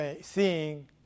seeing